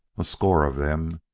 a score of them,